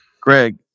Greg